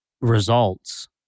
results